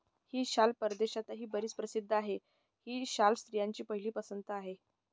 ही शाल परदेशातही बरीच प्रसिद्ध आहे, ही शाल स्त्रियांची पहिली पसंती आहे